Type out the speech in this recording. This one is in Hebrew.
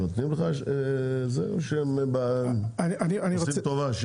נותנים לך רשימה או שהם עושים טובה?